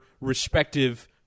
respective